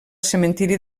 cementiri